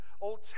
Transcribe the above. Old